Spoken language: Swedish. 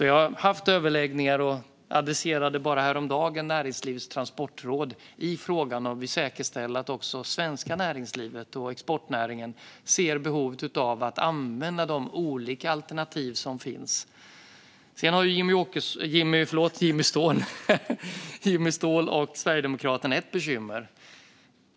Jag har haft överläggningar om detta, och bara häromdagen talade jag med Näringslivets Transportråd om att säkerställa att också det svenska näringslivet och exportnäringen ser behov av att använda de olika alternativ som finns. Sedan har Jimmy Ståhl och Sverigedemokraterna ett bekymmer.